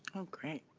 okay.